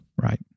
right